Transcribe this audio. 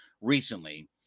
recently